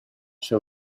ser